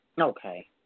okay